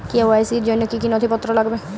KYC র জন্য কি কি নথিপত্র লাগবে?